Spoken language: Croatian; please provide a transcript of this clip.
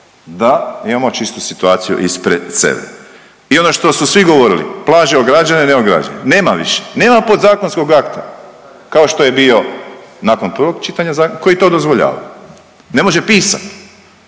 da imamo čistu situaciju ispred sebe. I ono što su svi govorili, plaže ograđene, neograđene, nema više. Nema podzakonskog akta kao što je bilo nakon prvog čitanja zakona, koji je to dozvoljavao. Ne može pisati